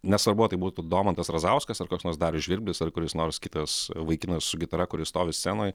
nesvarbu ar tai būtų domantas razauskas ar koks nors darius žvirblis ar kuris nors kitas vaikinas su gitara kuris stovi scenoj